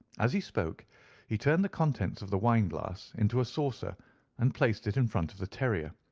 as he spoke he turned the contents of the wine glass into a saucer and placed it in front of the terrier,